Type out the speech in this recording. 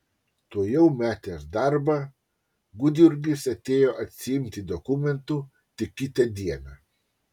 tuojau metęs darbą gudjurgis atėjo atsiimti dokumentų tik kitą dieną